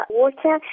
water